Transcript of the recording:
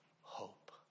hope